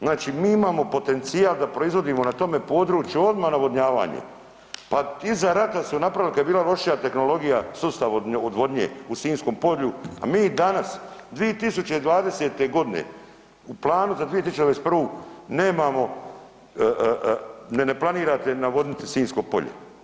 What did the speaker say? Znači mi imamo potencijal da proizvodimo na tome području odmah navodnjavanje, pa iza rata su napravili kad je bila lošija tehnologija sustav odvodnje u Sinjskom polju, a mi dana 2020. godine u planu za 2021. nemamo, ne planirate navodniti Sinjsko polje.